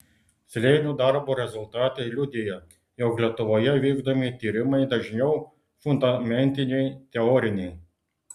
slėnių darbo rezultatai liudija jog lietuvoje vykdomi tyrimai dažniau fundamentiniai teoriniai